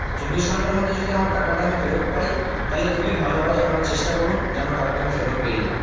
চব্বিশ ঘন্টার মধ্যে যদি আমার টাকাটা আমি ফেরত পাই তাহলে খুবই ভালো হয় আপনারা চেষ্টা করুন যেন টাকাটা আমি ফেরত পেয়ে যাই